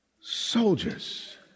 soldiers